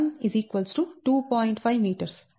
అదేవిధంగా d2 లెక్కించండి